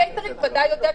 הקייטרינג ודאי יודע,